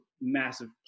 massive